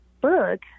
book